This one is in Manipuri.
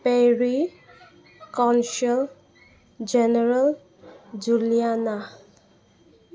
peri council general ꯖꯨꯂꯤꯌꯥꯅꯥ